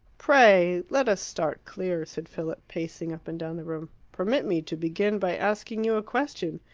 pray let us start clear, said philip, pacing up and down the room. permit me to begin by asking you a question.